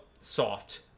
soft